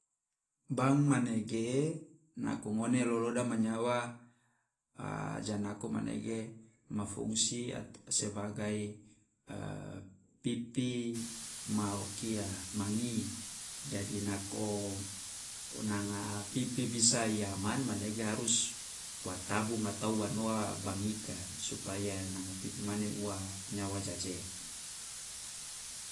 Bank manege nako ngone loloda manyawa a janako manege ma fungsi sebagai e pipi ma o kia ma ngi, jadi nako nanga pipi bisa i aman, manege harus wa tabung atau wa noa bank ika supaya na pipi mane ua nyawa jaje.